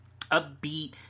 upbeat